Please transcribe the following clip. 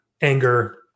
anger